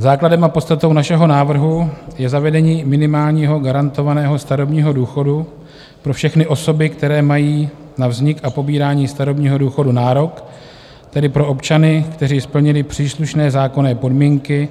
Základem a podstatou našeho návrhu je zavedení minimálního garantovaného starobního důchodu pro všechny osoby, které mají na vznik a pobírání starobního důchodu nárok, tedy pro občany, kteří splnili příslušné zákonné podmínky,